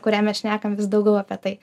kurią mes šnekam vis daugiau apie tai